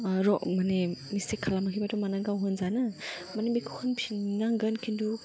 माने मिसटेक खालामाखैबाथ' मानो गाव होनजानो माने बेखौ होनफिन नांगोन किन्तु